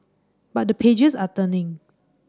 but the pages are turning